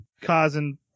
causing